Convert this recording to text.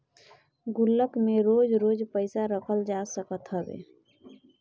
गुल्लक में रोज रोज पईसा रखल जा सकत हवे